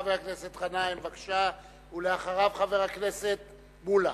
חבר הכנסת גנאים, בבקשה, ואחריו, חבר הכנסת מולה.